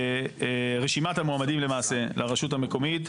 לרשימת המועמדים למעשה לרשות המקומית.